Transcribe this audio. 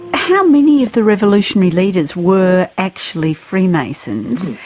how many of the revolutionary leaders were actually freemasons,